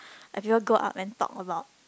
like people go up and talk about